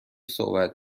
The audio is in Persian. صحبت